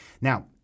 now